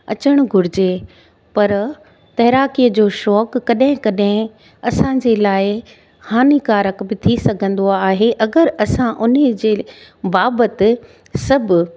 अचणु घुरिजे पर तैराकीअ जो शौक़ु कॾहिं कॾहिं असांजे लाइ हानिकारक बि थी सघंदो आहे अगरि असां उन जे बाबति सभु